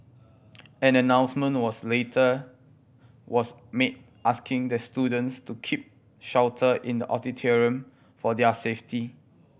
an announcement was later was made asking the students to keep shelter in the auditorium for their safety